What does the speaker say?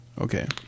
Okay